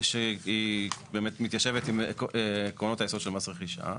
שהיא באמת מתיישבת עם עקרונות היסוד של מס רכישה,